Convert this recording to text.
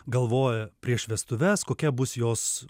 galvoja prieš vestuves kokia bus jos